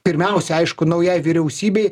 pirmiausia aišku naujai vyriausybei